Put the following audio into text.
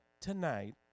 tonight